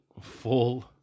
full